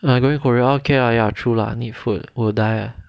oh like going korea okay ya true lah